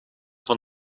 van